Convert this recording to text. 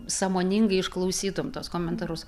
sąmoningai išklausytum tuos komentarus